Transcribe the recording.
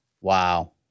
Wow